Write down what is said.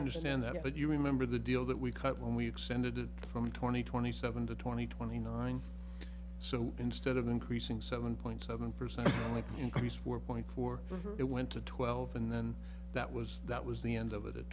understand that but you remember the deal that we cut when we extended it from twenty twenty seven to twenty twenty nine so instead of increasing seven point seven percent increase four point four it went to twelve and then that was that was the end o